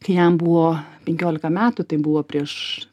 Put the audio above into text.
kai jam buvo penkiolika metų tai buvo prieš